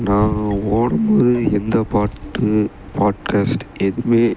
நான் ஓடும் போது எந்த பாட்டு பாட்கேஸ்ட் எதுமே